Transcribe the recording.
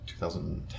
2010